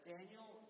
Daniel